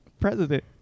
president